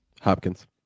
Hopkins